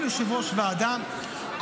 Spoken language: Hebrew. כל יושב-ראש ועדה,